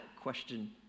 question